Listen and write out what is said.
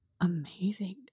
Amazing